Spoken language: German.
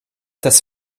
das